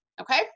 okay